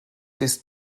ist